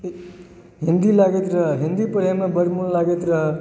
हिन्दी लागैत रहय हिन्दी पढ़यमे बड मोन लागैत रहए